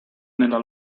nella